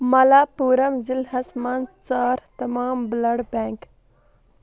مَلا پوٗرم ضِلع ہَس مَنٛز ژار تمام بُلڈ بیٚنٛک